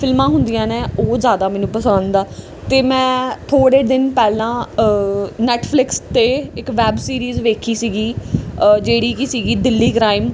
ਫਿਲਮਾਂ ਹੁੰਦੀਆਂ ਨਾ ਉਹ ਜ਼ਿਆਦਾ ਮੈਨੂੰ ਪਸੰਦ ਆ ਅਤੇ ਮੈਂ ਥੋੜ੍ਹੇ ਦਿਨ ਪਹਿਲਾਂ ਨੈੱਟਫਲਿਕਸ 'ਤੇ ਇੱਕ ਵੈਬ ਸੀਰੀਜ਼ ਵੇਖੀ ਸੀਗੀ ਜਿਹੜੀ ਕਿ ਸੀਗੀ ਦਿੱਲੀ ਕ੍ਰਾਈਮ